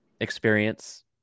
experience